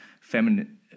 feminine